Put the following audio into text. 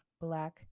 Black